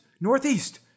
Northeast